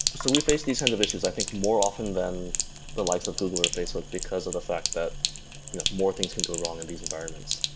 so we face these kind of issues. i think more often than the likes of google or facebook because of the fact that you know more things can go wrong in these environments.